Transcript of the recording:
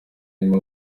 harimo